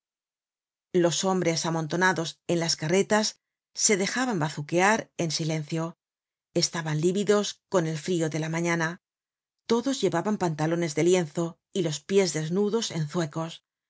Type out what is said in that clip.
los hombres amontonados en las carretas se dejaban bazuquear en silencio estaban lívidos con el frio de la mañana todos llevaban pantalones de lienzo y los pies desnudos en zuecos